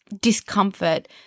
discomfort